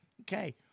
Okay